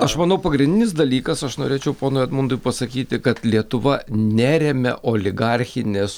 aš manau pagrindinis dalykas aš norėčiau ponui edmundui pasakyti kad lietuva neremia oligarchinės